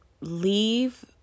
leave